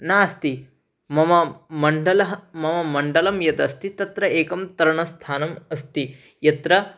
नास्ति मम मण्डलः मम मण्डलं यदस्ति तत्र एकं तरणस्थानम् अस्ति यत्र